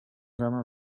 grammar